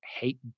hate